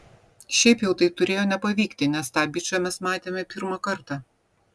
šiaip jau tai turėjo nepavykti nes tą bičą mes matėme pirmą kartą